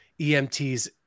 EMTs